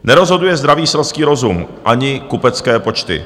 Nerozhoduje zdravý selský rozum ani kupecké počty.